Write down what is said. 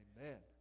Amen